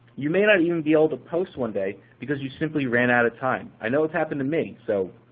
you may not even be able to post one day because you simply ran out of time. i know it's happened to me. so